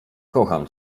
kocham